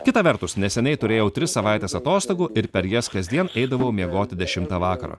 kita vertus neseniai turėjau tris savaites atostogų ir per jas kasdien eidavau miegoti dešimtą vakaro